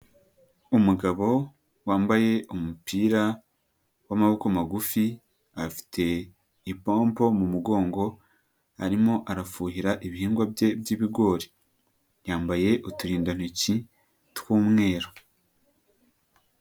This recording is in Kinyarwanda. Umugabo wambaye umupira w'amaboko magufi afite ipopo mu mugongo arimo arafuhira ibihingwa bye by'ibigori. Yambaye uturindantoki tw'umweru.